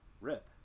Rip